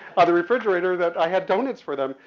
on the refrigerator that i had donuts for them.